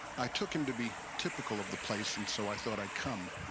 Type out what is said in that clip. i took him to be typical of the place, and so i thought i'd come.